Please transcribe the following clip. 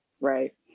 Right